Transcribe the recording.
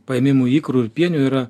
paėmimų ikrų ir pienių yra